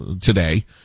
today